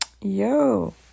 Yo